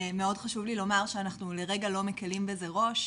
מאוד חשוב לי לומר שאנחנו לרגע לא מקלים בזה ראש,